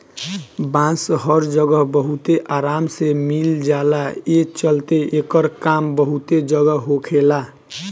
बांस हर जगह बहुत आराम से मिल जाला, ए चलते एकर काम बहुते जगह होखेला